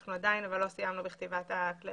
אנחנו עדיין לא סיימנו את כתיבת הכללים.